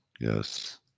Yes